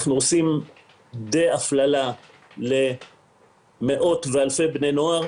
אנחנו עושים דה הפללה למאות ואלפי בני נוער,